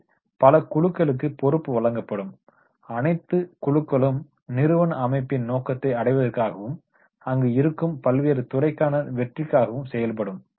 இங்கு பல குழுக்களுக்கு பொறுப்பு வழங்கப்படும் அனைத்து குழுக்களும் நிறுவன அமைப்பின் நோக்கத்தை அடைவதற்காகவும் அங்கு இருக்கும் பல்வேறு துறைக்கான வெற்றிக்காகவும் செயல்படும்